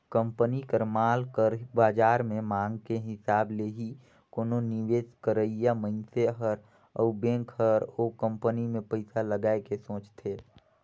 company कर माल कर बाजार में मांग के हिसाब ले ही कोनो निवेस करइया मनइसे हर अउ बेंक हर ओ कंपनी में पइसा लगाए के सोंचथे